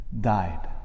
died